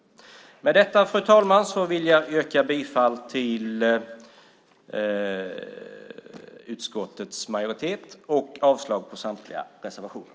Med detta, fru talman, yrkar jag bifall till utskottets förslag och avslag på samtliga reservationer.